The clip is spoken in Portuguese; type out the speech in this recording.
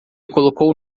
colocou